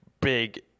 big